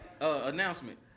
Announcement